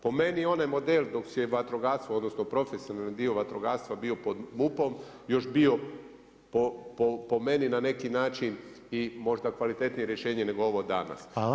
Po meni onaj model dok je vatrogastvo odnosno profesionalni dio vatrogastva bio pod MUP-om još bio po meni na neki način i možda kvalitetnije rješenje nego ovo danas.